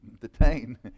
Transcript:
detain